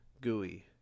gooey